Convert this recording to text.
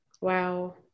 Wow